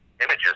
images